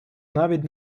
навіть